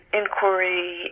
inquiry